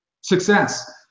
success